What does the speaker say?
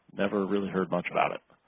never really heard much about it.